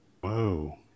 Whoa